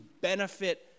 benefit